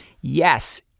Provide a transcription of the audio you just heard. yes